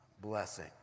blessing